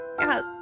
Yes